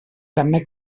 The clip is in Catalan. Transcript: també